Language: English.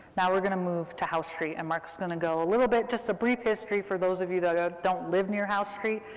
now we're going to move to house street, and mark's going to go a little bit, just a brief history, for those of you who ah don't live near house street,